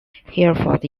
hereford